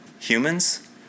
Humans